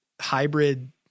hybrid